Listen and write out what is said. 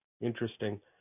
Interesting